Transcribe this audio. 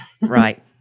Right